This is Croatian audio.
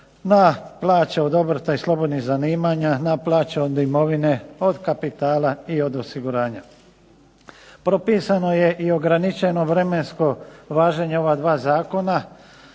na plaće od obrta i slobodnih zanimanja, na plaće od imovine, od kapitala i od osiguranja. Propisano je i ograničeno vremensko važenje ova dva zakona.